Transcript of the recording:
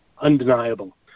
undeniable